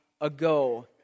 ago